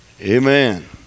Amen